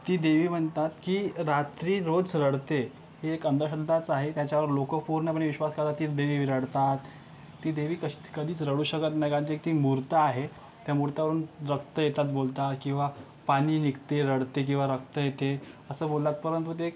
ती देवी म्हणतात की रात्री रोज रडते ही एक अंधश्रद्धाच आहे त्याच्यावर लोकं पूर्णपणे विश्वास करतात ती देवी रडतात ती देवी कश कधीच रडू शकत नाही कारण ती एक मूर्ती आहे त्या मूर्तीवरून रक्त येतात बोलता किंवा पाणी निघते रडते किंवा रक्त येते असं बोललात परंतु ते